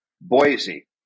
Boise